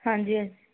ਹਾਂਜੀ